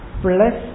plus